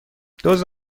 دُز